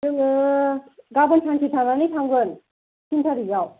जोंङो गाबोन सानसे थानानै थांगोन तिन थारिखआव